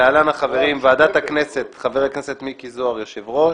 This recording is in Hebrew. להלן החברים: מוועדת הכנסת חבר הכנסת מיקי זוהר יושב ראש.